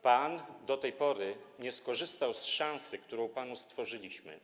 Pan do tej pory nie skorzystał z szansy, którą panu stworzyliśmy.